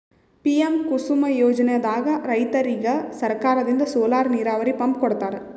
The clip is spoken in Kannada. ಪಿಎಂ ಕುಸುಮ್ ಯೋಜನೆದಾಗ್ ರೈತರಿಗ್ ಸರ್ಕಾರದಿಂದ್ ಸೋಲಾರ್ ನೀರಾವರಿ ಪಂಪ್ ಕೊಡ್ತಾರ